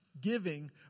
Giving